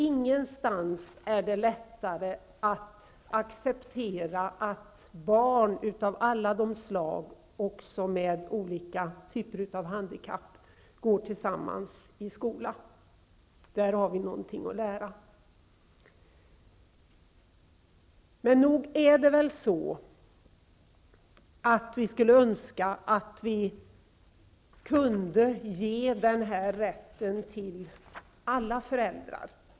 Ingenstans är det lättare att acceptera att barn av alla de slag, också med olika typer av handikapp, går i skola tillsammans. Där har vi någonting att lära. Men nog skulle vi väl önska att vi kunde ge den här rätten till alla föräldrar.